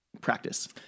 practice